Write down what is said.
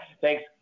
Thanks